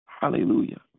Hallelujah